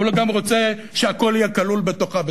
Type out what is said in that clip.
אבל הוא גם רוצה שהכול יהיה כלול בתוכה,